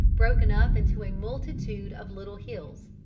broken up into a multitude of little hills.